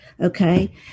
Okay